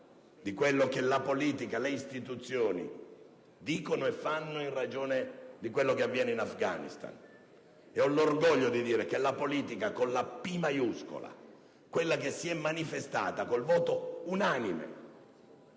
di quello che la politica e le istituzioni dicono e fanno in ragione di quello che avviene in Afghanistan. Ed ho l'orgoglio di dire che la politica con la "P" maiuscola - quella che si è manifestata con il voto unanime